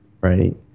right